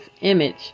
image